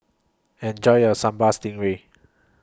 Enjoy your Sambal Stingray